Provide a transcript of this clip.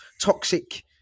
toxic